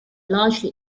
largely